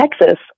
Texas